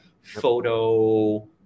photo